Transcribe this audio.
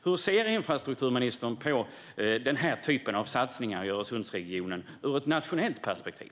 Hur ser infrastrukturministern på den här typen av satsningar i Öresundsregionen ur ett nationellt perspektiv?